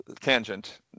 tangent